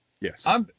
Yes